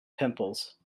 pimples